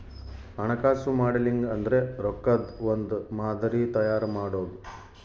ಹಣಕಾಸು ಮಾಡೆಲಿಂಗ್ ಅಂದ್ರೆ ರೊಕ್ಕದ್ ಒಂದ್ ಮಾದರಿ ತಯಾರ ಮಾಡೋದು